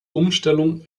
umstellung